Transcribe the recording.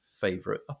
favorite